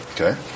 Okay